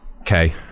Okay